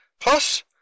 plus